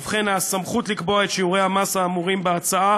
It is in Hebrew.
ובכן, הסמכות לקבוע את שיעורי המס האמורים בהצעה